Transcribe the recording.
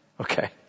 Okay